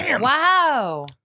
Wow